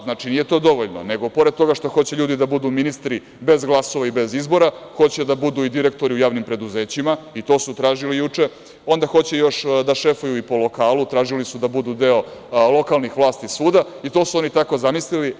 Znači, nije to dovoljno, nego pored toga što ljudi hoće da budu ministri bez glasova i bez izbora, hoće da budu i direktori u javnim preduzećima, i to su tražili juče, onda hoće još da šefuju i po lokalu, tražili su da budu deo lokalnih vlasti svuda, i to su oni tako zamislili.